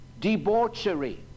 debauchery